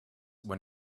when